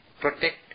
Protect